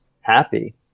happy